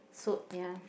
suit ya